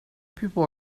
people